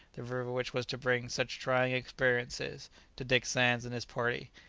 the river which was to bring such trying experiences to dick sands and his party,